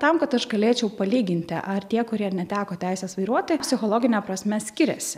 tam kad aš galėčiau palyginti ar tie kurie neteko teisės vairuoti psichologine prasme skiriasi